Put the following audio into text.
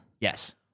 Yes